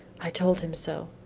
i told him so,